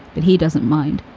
but he doesn't mind.